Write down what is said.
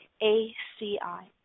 A-C-I